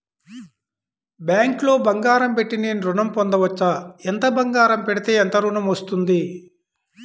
బ్యాంక్లో బంగారం పెట్టి నేను ఋణం పొందవచ్చా? ఎంత బంగారం పెడితే ఎంత ఋణం వస్తుంది?